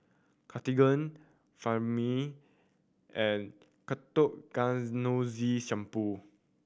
Cartigain Remifemin and Ketoconazole Shampoo